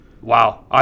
Wow